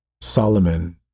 Solomon